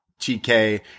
TK